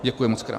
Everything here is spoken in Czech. Děkuji mockrát.